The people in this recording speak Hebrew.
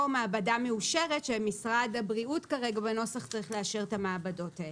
מעבדה מאושרת שמשרד הבריאות כרגע בנוסח צריך לאשר את המעבדות.